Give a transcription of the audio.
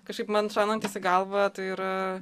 kažkaip man šaunantis į galvą tai yra